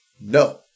No